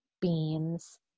beans